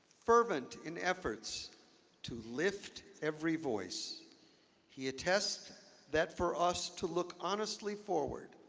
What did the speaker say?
fervent in efforts to lift every voice he attests that for us to look honestly forward,